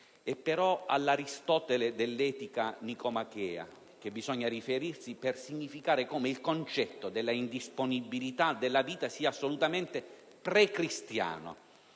È però all'Aristotele dell'Etica Nicomachea che bisogna riferirsi per significare come il concetto della indisponibilità della vita sia assolutamente precristiano.